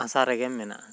ᱟᱥᱟ ᱨᱮᱜᱮ ᱢᱮᱱᱟᱜᱼᱟ